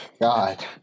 God